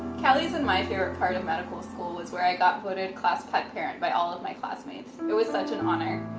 cali's and my favorite part of medical school was where i got voted class pet parent by all of my classmates. it was such an honor.